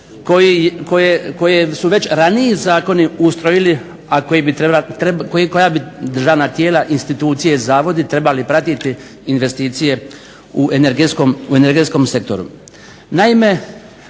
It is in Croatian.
koje su već ranijim zakonom ustrojili, a koja bi državna tijela, institucije, zavodi trebali pratiti investicije u energetskom sektoru.